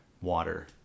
water